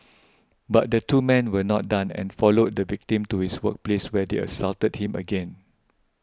but the two men were not done and followed the victim to his workplace where they assaulted him again